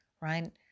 right